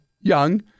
young